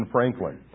Franklin